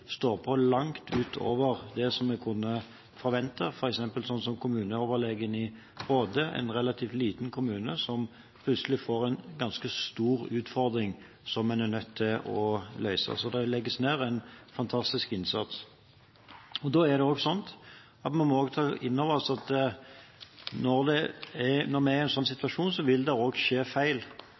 står på langt utover det som vi kunne forvente, f.eks. kommuneoverlegen i Råde, en relativt liten kommune som plutselig får en ganske stor utfordring som en er nødt til å løse. Så det legges ned en fantastisk innsats. Så må vi også ta inn over oss at når vi er i en slik situasjon, vil det også skje feil.